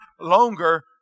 longer